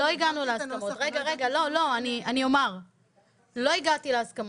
אני אומר, לא הגעתי להסכמות.